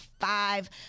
five